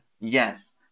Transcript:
Yes